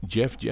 Jeff